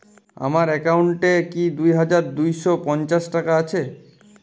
আমার অ্যাকাউন্ট এ কি দুই হাজার দুই শ পঞ্চাশ টাকা আছে?